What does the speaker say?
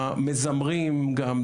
המזמרים גם,